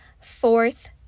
fourth